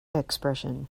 expression